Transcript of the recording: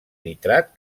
nitrat